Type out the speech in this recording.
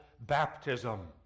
baptism